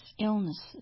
illnesses